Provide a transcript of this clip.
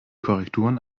korrekturen